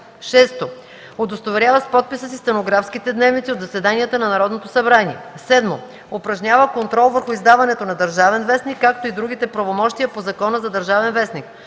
6. удостоверява с подписа си стенографските дневници от заседанията на Народното събрание; 7. упражнява контрол върху издаването на „Държавен вестник”, както и другите правомощия по Закона за „Държавен вестник”;